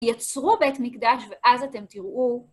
יצרו בית מקדש, ואז אתם תראו...